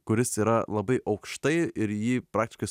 kuris yra labai aukštai ir jį praktiškai